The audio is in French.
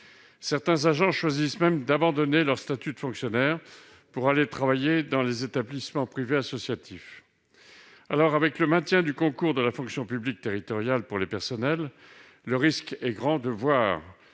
Certains agents choisissent même d'abandonner leur statut de fonctionnaire pour aller travailler dans les établissements privés associatifs. Avec le maintien du concours de la fonction publique territoriale pour les personnels, le risque est grand de voir